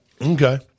Okay